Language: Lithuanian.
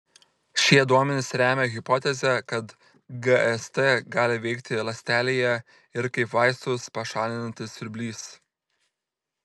šie duomenys remia hipotezę kad gst gali veikti ląstelėje ir kaip vaistus pašalinantis siurblys